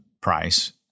price